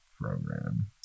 Program